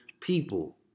people